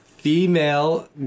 Female